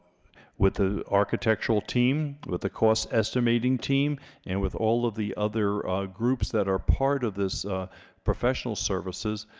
with the architectural team with the cost estimating team and with all of the other groups that are part of this professional services